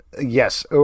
Yes